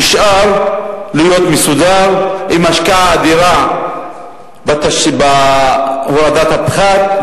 נשאר מסודר עם השקעה אדירה בהורדת הפחת,